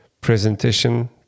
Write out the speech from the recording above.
presentation